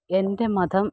എൻ്റെ മതം